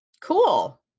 cool